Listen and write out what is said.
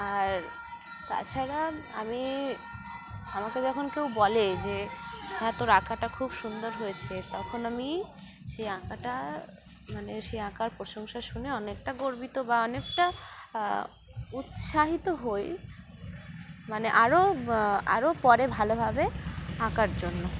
আর তাছাড়া আমি আমাকে যখন কেউ বলে যে হ্যাঁ তোর আঁকাটা খুব সুন্দর হয়েছে তখন আমি সেই আঁকাটা মানে সেই আঁকার প্রশংসা শুনে অনেকটা গর্বিত বা অনেকটা উৎসাহিত হই মানে আরও আরও পড়ে ভালোভাবে আঁকার জন্য